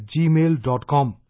gmail.com